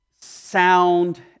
sound